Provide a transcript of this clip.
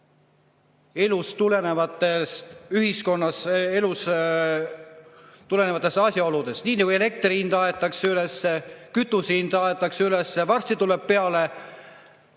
tulenevates asjaoludes. Nii nagu elektri hind aetakse üles, kütuse hind aetakse üles, varsti tuleb meile